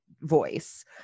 voice